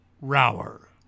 Rower